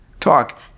talk